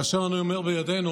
כאשר אני אומר בידינו,